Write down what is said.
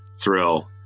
thrill